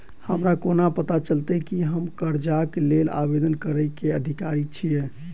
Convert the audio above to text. हमरा कोना पता चलतै की हम करजाक लेल आवेदन करै केँ अधिकारी छियै?